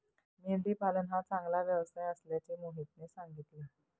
मेंढी पालन हा चांगला व्यवसाय असल्याचे मोहितने सांगितले